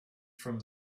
from